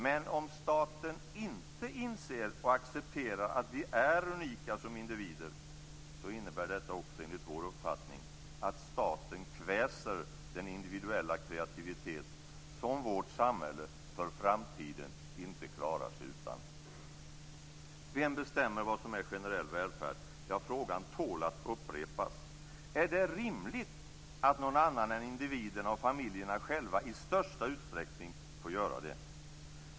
Men om staten inte inser och accepterar att vi är unika som individer innebär detta också, enligt vår uppfattning, att staten kväser den individuella kreativitet som vårt samhälle för framtiden inte klarar sig utan. Vem bestämmer vad som är generell välfärd? Frågan tål att upprepas. Är det rimligt att någon annan än individerna och familjerna själva i största utsträckning får göra det?